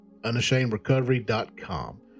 unashamedrecovery.com